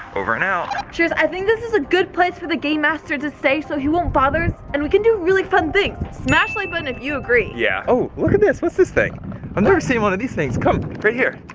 over and out. sharers, i think this is a good place for the game master to stay so he won't bother us, and we can do really fun things. smash the like button if you agree. yeah. oh, look at this, what's this thing? i've um never seen one of these things. come, right here.